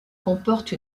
comporte